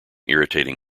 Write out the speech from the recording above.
irritating